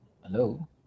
Hello